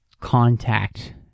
contact